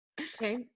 Okay